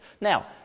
Now